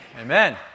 Amen